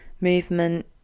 Movement